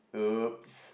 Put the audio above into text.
!oops!